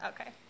Okay